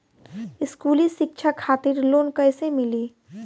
स्कूली शिक्षा खातिर लोन कैसे मिली?